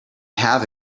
have